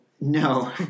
No